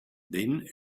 then